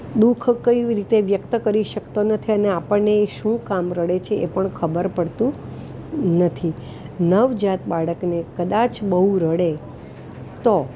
દુ ખ કઈ રીતે વ્યક્ત કરી શકતો નથી અને આપણને એ શું કામ રડે છે એ પણ ખબર પડતી નથી નવજાત બાળકને કદાચ બહું રડે તો